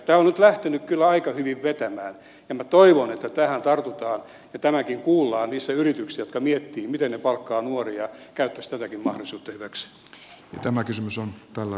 tämä on nyt lähtenyt kyllä aika hyvin vetämään ja minä toivon että tähän tartutaan ja tämäkin kuullaan niissä yrityksissä jotka miettivät miten ne palkkaavat nuoria ja ne käyttäisivät tätäkin mahdollisuutta hyväkseen